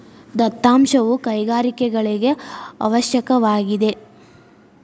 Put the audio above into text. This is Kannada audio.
ದತ್ತಾಂಶವು ಕೈಗಾರಿಕೆಗಳಿಗೆ ಅವಶ್ಯಕವಾಗಿದೆ